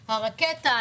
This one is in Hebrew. הרקטה,